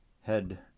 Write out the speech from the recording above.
head